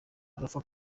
alpha